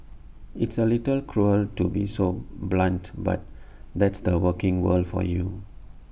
it's A little cruel to be so blunt but that's the working world for you